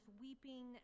weeping